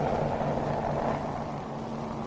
oh